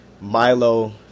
Milo